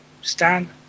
Stan